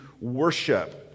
worship